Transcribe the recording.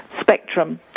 spectrum